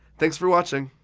thanks for watching.